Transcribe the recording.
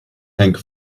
henk